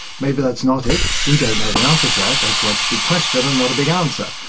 maybe that's not it. we don't know the answer to that, that's why it's a big question and not a big answer.